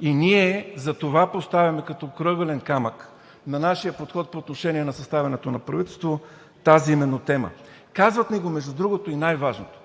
именно тази тема като крайъгълен камък на нашия подход по отношение на съставянето на правителство. Казват ни го, между другото, и най-важното,